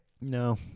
No